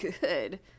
good